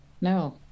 no